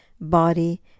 body